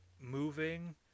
moving